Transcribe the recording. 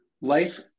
life